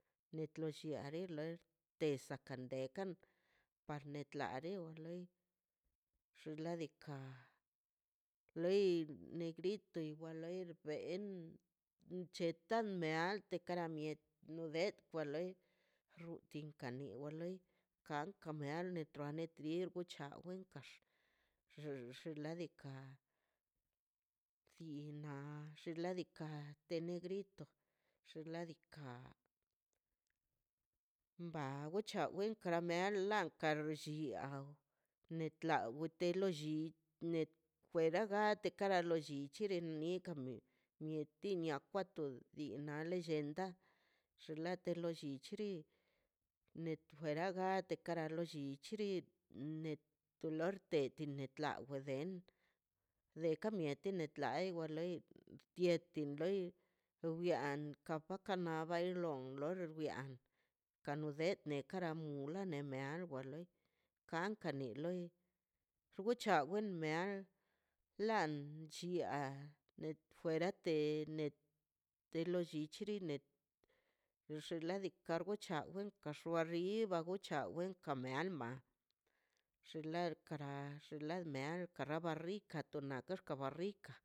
Te klollile loi tesa kan deka par lentare dow xinladika loi negrito igualr ben cheta meal tekan kara miet nobet oloi tinkan one o loi karka meal netra at bid wechan wen gax xinladika sinnaꞌ xinladika grito xinladika wa ba wchegan braw meal karwllin diaw netla wite lolli net fuera gate kara lo llichile niae kamie nieti nia kwaton dii na lellenda xinlate lo llichili net fuera gatə kara lo llichiri net tolor de netrətla wden le ka miete ne den de war lei ptietin loi wyan ka ptiaka lab bailon ro wwian nodete kara mula nemiango loi kanka na loi xgwocha mna loi lan chia fuerate de to lo llichiri luxan ladika ka wlocha kaxua lo diba gochainde me alma xin la kara xinladika mea kala rrika tonna xkaba rrika.